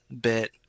bit